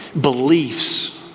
beliefs